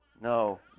no